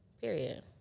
period